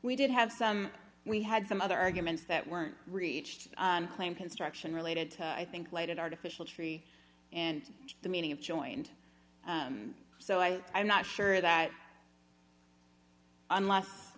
we did have some we had some other arguments that weren't reached claim construction related i think lighted artificial tree and the meaning of joined so i am not sure that unless